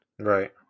right